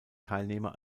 teilnehmer